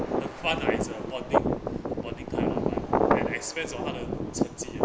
uh fun lah it's a bonding bonding time ah fun at expense of 他的成绩 ah